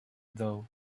though